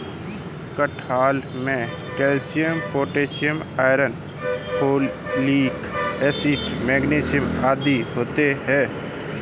कटहल में calcium potassium iron folic acid magnesium आदि होते हैं